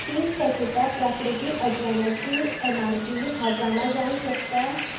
तीन पॅकेटां प्राकृतिक अजवायनाची ऍमआरपी हांव जाणां जावंक शकता